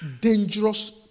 dangerous